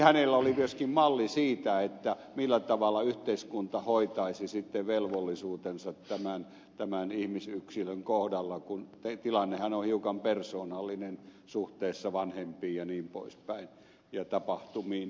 hänellä oli myöskin malli siitä millä tavalla yhteiskunta hoitaisi sitten velvollisuutensa tämän ihmisyksilön kohdalla kun tilannehan on hiukan persoonallinen suhteessa vanhempiin ja tapahtumiin jnp